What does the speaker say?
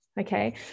Okay